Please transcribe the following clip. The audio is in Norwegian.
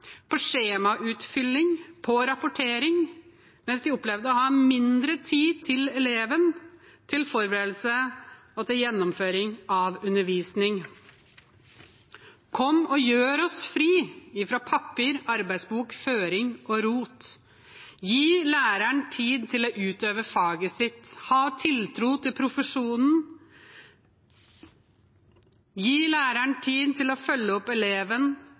på kontorarbeid, på skjemautfylling og på rapportering, mens de opplevde å ha mindre tid til eleven, til forberedelse og til gjennomføring av undervisning. «Kom og gjør oss fri, ifra papirarbe, bokføring og rot.» Gi læreren tid til å utøve faget sitt. Ha tiltro til profesjonen. Gi læreren tid til å følge opp eleven,